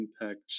impact